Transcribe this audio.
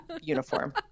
uniform